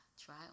try